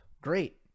Great